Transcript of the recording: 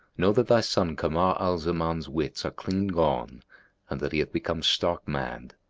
know that thy son kamar al zaman's wits are clean gone and that he hath become stark mad.